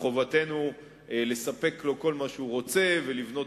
מחובתנו לספק לו כל מה שהוא רוצה ולבנות